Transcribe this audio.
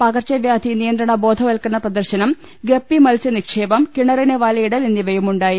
പകർച്ചവ്യാധി നിയന്ത്രണ ബോധവൽക്കരണ് പ്രദർശനം ഗപ്പി മത്സ്യ നിക്ഷേപം കിണറിന് വലയിടൽ എന്നിവയുമുണ്ടായി